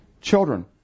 children